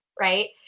Right